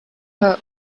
her